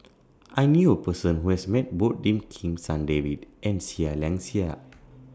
I knew A Person Who has Met Both Lim Kim San David and Seah Liang Seah